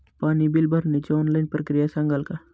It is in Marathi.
पाणी बिल भरण्याची ऑनलाईन प्रक्रिया सांगाल का?